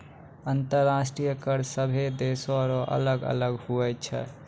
अंतर्राष्ट्रीय कर सभे देसो रो अलग अलग हुवै छै